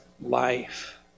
life